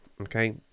Okay